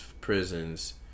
prisons